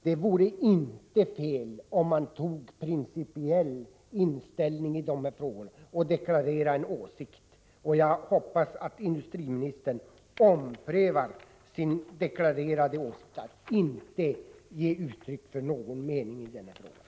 Det är inte fel att göra ett principiellt ställningstagande i de här frågorna eller att deklarera en åsikt. Jag hoppas att industriministern omprövar sitt beslut att inte ge uttryck för någon mening i den här frågan.